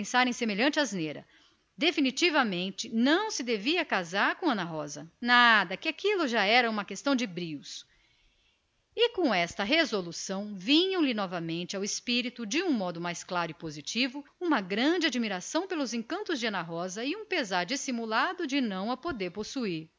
em semelhante asneira definitivamente não casaria com ana rosa com qualquer menos com ela nada como não se aquilo já era uma questão de brios mas com este propósito voltava lhe de um modo mais claro e positivo uma grande admiração pelos encantos da rapariga e um surdo pesar dissimulado um desgosto hipócrita de não poder possuí la